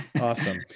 Awesome